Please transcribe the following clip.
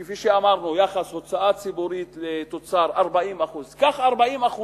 כפי שאמרנו, יחס הוצאה ציבורית לתוצר זה 40% זה